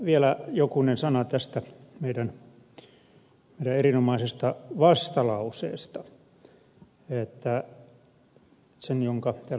vielä jokunen sana tästä meidän erinomaisesta vastalauseestamme jonka täällä ed